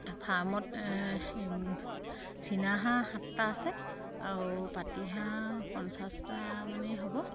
ফাৰ্মত চিনাহাঁহ সাতটা আছে আৰু পাতিহাঁহ পঞ্চাছটা মানেই হ'ব